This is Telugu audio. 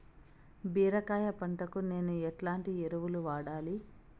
బీరకాయ పంటకు నేను ఎట్లాంటి ఎరువులు వాడాలి?